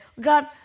God